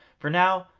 for now,